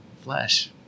flesh